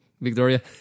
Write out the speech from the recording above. Victoria